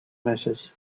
meses